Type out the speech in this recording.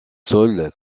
sols